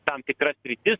tam tikras sritis